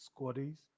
Squaddies